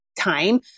time